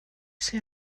say